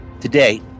Today